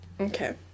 Okay